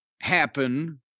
happen